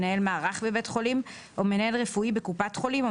מנהל מערך בבית חולים או מנהל רפואי בקופת החולים או